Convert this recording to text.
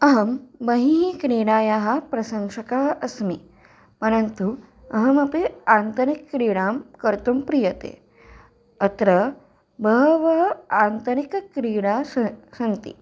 अहं बहिः क्रीडायाः प्रशङ्सकः अस्मि परन्तु अहमपि आन्तरिकक्रीडां कर्तुं प्रियते अत्र बहवः आन्तरिकक्रीडाः स सन्ति